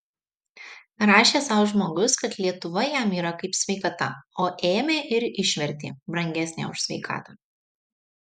rašė sau žmogus kad lietuva jam yra kaip sveikata o ėmė ir išvertė brangesnė už sveikatą